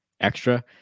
extra